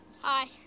Hi